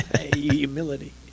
Humility